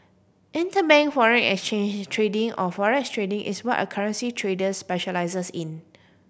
interbank foreign exchange trading or forex trading is what a currency trader specialises in